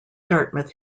dartmouth